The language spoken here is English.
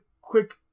quick